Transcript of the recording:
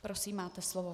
Prosím, máte slovo.